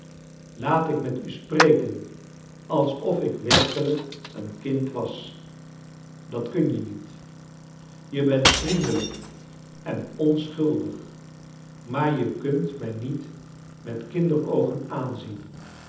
laat ik met u spreken alsof ik werkelijk een kind was dat kun je niet je bent vriendelijk en onschuldig maar je kunt mij niet met kinder oogen aanzien